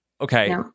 Okay